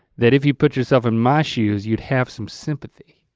that if you put yourself in my shoes, you'd have some sympathy.